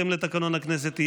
בהתאם לתקנון הכנסת,